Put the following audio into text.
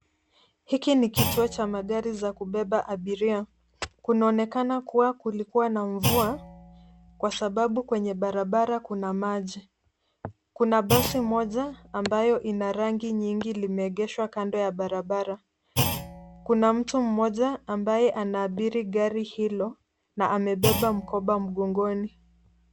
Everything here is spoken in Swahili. Hiki ni kituo cha magari za kubeba abiria kunaonekana kuwa kulikuwa na mvua kwa sababu kwenye barabara kuna maji ,kuna basi moja ambayo ina rangi nyingi limeegeshwa kando ya barabara ,kuna mtu mmoja ambaye anabiri gari hilo na amebeba mkoba mgongoni.